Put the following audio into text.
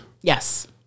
Yes